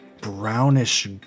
brownish